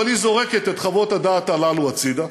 אבל היא זורקת את חוות הדעת הללו הצדה,